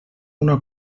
una